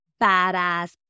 badass